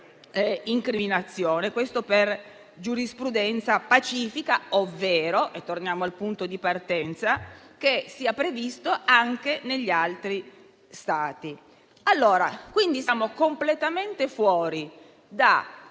Ciò per giurisprudenza pacifica ovvero, e torniamo al punto di partenza, che sia previsto anche negli altri Stati. Siamo quindi completamente fuori